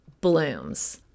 blooms